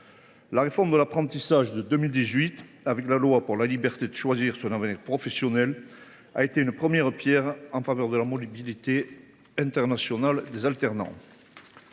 La réforme de l’apprentissage, issue de la loi du 5 septembre 2018 pour la liberté de choisir son avenir professionnel, a été une première pierre en faveur de la mobilité internationale des alternants.